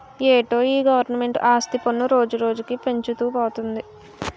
ఏటో ఈ గవరమెంటు ఆస్తి పన్ను రోజురోజుకీ పెంచుతూ పోతంది